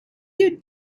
you